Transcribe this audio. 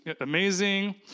amazing